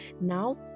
Now